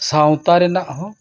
ᱥᱟᱶᱛᱟ ᱨᱮᱱᱟᱜ ᱦᱚᱸ